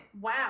Wow